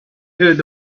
heard